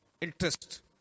interest